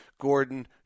Gordon